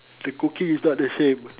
her cooking is not the same